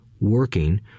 working